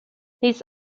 these